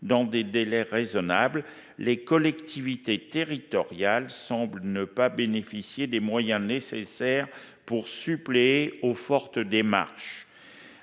dans des délais raisonnables. Les collectivités territoriales semblent ne pas bénéficier des moyens nécessaires pour suppléer aux fortes démarches.